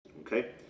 Okay